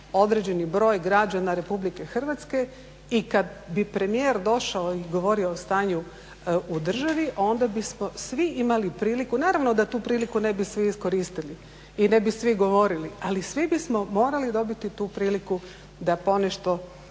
određeni broj građana Republike Hrvatske. I kad bi premijer došao i govorio o stanju u državi onda bismo svi imali priliku, naravno da tu priliku ne bi svi iskoristili i ne bi svi govorili, ali svi bismo morali dobiti tu priliku da ponešto